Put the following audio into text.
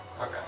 Okay